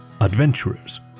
Adventurers